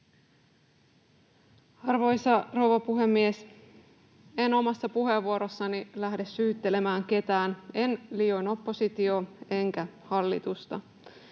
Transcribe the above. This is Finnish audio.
Arvoisa rouva puhemies! En omassa puheenvuorossani lähde syyttelemään ketään, en liioin oppositiota enkä hallitusta.